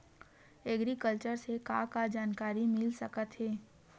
Agriculture से का का जानकारी मिल सकत हे?